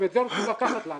את זה הולכים לקחת לנו.